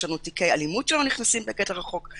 יש לנו תיקי אלימות שלא נכנסים בגדר החוק.